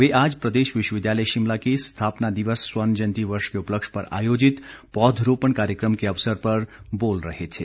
वे आज प्रदेश विश्वविद्यालय शिमला के स्थापना दिवस स्वर्ण जयंति वर्ष के उपलक्ष पर आयोजित पौधरोपण कार्यक्रम के अवसर पर बोल रहे थे